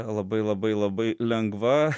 labai labai labai lengva